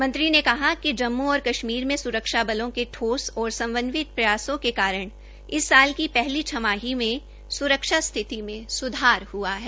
मंत्री ने बताया कि जम्मू और कश्मीर में स्रक्षों बलों के ठोस और समन्वित प्रयासों के कारण इस साल की पहली छमारीमें सुरक्षा स्थिति में सुधार हआ है